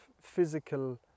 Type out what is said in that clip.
physical